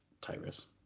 Tyrus